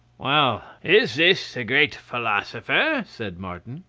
well! is this the great philosopher? said martin.